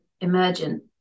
emergent